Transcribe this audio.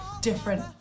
different